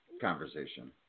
conversation